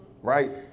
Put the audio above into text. right